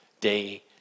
day